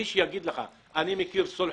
מי שיגיד לך שהוא מכיר סולחות,